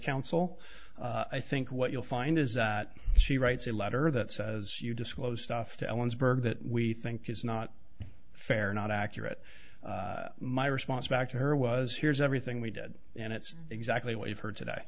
counsel i think what you'll find is that she writes a letter that says you disclose stuff to ellensburg that we think is not fair or not accurate my response back to her was here's everything we did and it's exactly what you've heard today